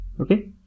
Okay